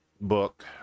book